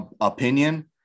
opinion